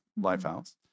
LifeHouse